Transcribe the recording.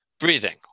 breathing